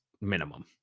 minimum